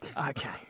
Okay